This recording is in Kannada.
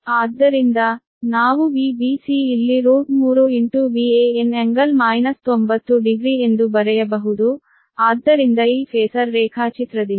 ಆದ್ದರಿಂದ ನಾವು Vbc ಇಲ್ಲಿ 3Van∟ 900 ಎಂದು ಬರೆಯಬಹುದು ಆದ್ದರಿಂದ ಈ ಫೇಸರ್ ರೇಖಾಚಿತ್ರದಿಂದ